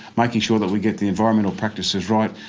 making sure that we get the environmental practices right,